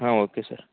ಹಾಂ okay sir